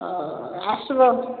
ହଁ ଆସିବ